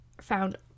found